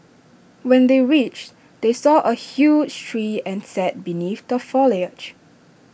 when they reached they saw A huge tree and sat beneath the foliage